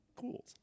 cool